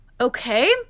Okay